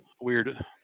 weird